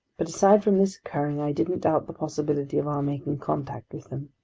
but aside from this occurring, i didn't doubt the possibility of our making contact with them.